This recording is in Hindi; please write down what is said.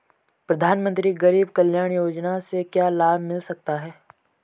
प्रधानमंत्री गरीब कल्याण योजना से क्या लाभ मिल सकता है?